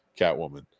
Catwoman